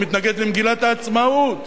הוא מתנגד למגילת העצמאות.